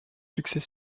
succès